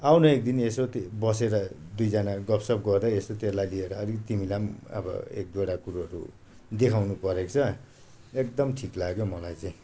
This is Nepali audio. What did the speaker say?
आऊ न एक दिन यसो बसेर दुईजना गफसफ गरौँ यसो त्यसलाई लिएर अलिकति तिमीलाई पनि अब एक दुईवटा कुरोहरू देखाउनु परेको छ एकदम ठिक लाग्यो मलाई चाहिँ